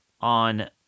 on